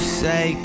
say